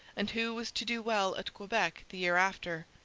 and who was to do well at quebec the year after.